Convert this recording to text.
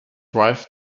wife